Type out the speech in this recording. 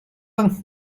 vingt